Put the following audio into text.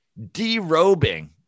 derobing